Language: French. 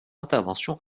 intervention